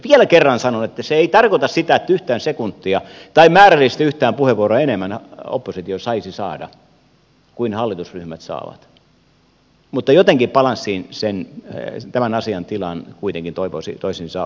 vielä kerran sanon että se ei tarkoita sitä että yhtään sekuntia tai määrällisesti yhtään puheenvuoroa enemmän oppositio saisi saada kuin hallitusryhmät saavat mutta jotenkin balanssiin tämän asian tilan kuitenkin toivoisin saatavan